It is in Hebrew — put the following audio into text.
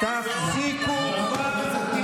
מלחמה.